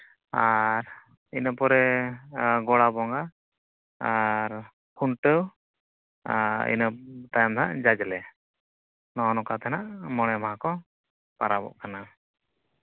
ᱟᱨ ᱤᱱᱟᱹ ᱯᱚᱨᱮ ᱜᱳᱲᱟ ᱵᱚᱸᱜᱟ ᱟᱨ ᱠᱷᱩᱱᱴᱟᱹᱣ ᱟᱨ ᱤᱱᱟᱹ ᱛᱟᱭᱚᱢ ᱫᱚ ᱦᱟᱸᱜ ᱡᱟᱡᱽᱞᱮ ᱱᱚᱜᱼᱚ ᱱᱚᱝᱠᱟ ᱛᱟᱦᱮᱱᱟ ᱢᱚᱬᱮ ᱢᱟᱦᱟ ᱠᱚ ᱯᱚᱨᱚᱵᱚᱜ ᱠᱟᱱᱟ